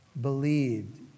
Believed